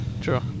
true